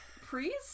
Priest